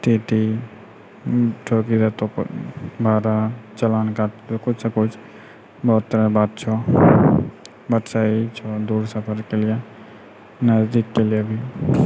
T T टोकि ने टोको भाड़ा चलान कटतौ कुछसँ कुछ बहुत तरहक बात छौ बट सही छौ दूर सफरके लियऽ नजदीकके लिअ भी